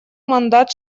мандат